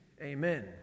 Amen